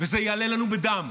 וזה יעלה לנו בדם,